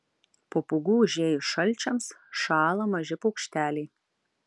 po pūgų užėjus šalčiams šąla maži paukšteliai